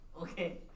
Okay